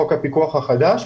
חוק הפיקוח החדש,